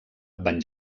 van